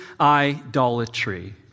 idolatry